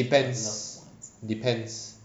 depends depends